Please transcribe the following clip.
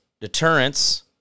deterrence